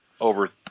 over